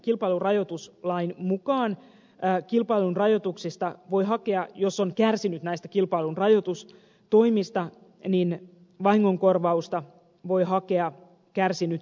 nykyisen kilpailunrajoituslain mukaan jos on kärsinyt kilpailunrajoitustoimista vahingonkorvausta voi hakea kärsinyt elinkeinonharjoittaja